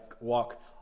walk